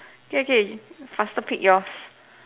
K okay faster pick yours